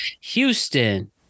Houston